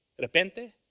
Repente